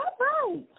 right